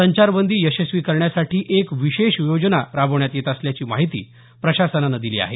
संचारबंदी यशस्वी करण्यासाठी एक विशेष योजना राबवण्यात येत असल्याची माहिती प्रशासनानं दिली आहे